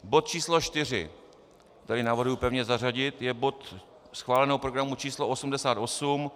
Bod číslo 4, který navrhuji pevně zařadit, je bod schváleného programu číslo 88.